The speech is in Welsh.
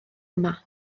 yma